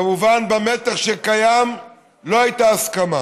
כמובן, במתח שקיים לא הייתה הסכמה.